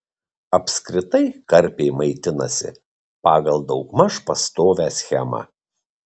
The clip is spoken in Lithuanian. apskritai karpiai maitinasi pagal daugmaž pastovią schemą